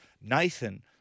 Nathan